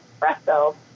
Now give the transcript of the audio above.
espresso